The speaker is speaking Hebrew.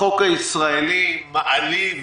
החוק הישראלי מעליב